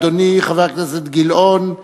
אדוני חבר הכנסת גילאון,